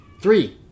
Three